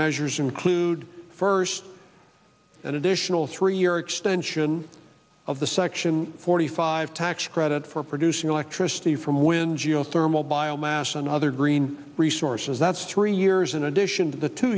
measures include first an additional three year extension of the section forty five tax credit for producing electricity from wind geothermal biomass and other green resources that's three years in addition to the two